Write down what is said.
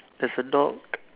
there's a dog